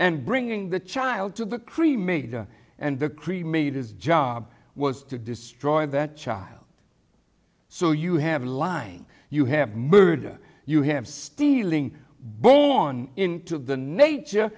bringing the child to the cremator and the cremated his job was to destroy that child so you have a line you have murder you have stealing born into the nature